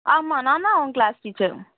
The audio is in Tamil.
ஆமாம் நான் தான் அவன் க்ளாஸ் டீச்சர்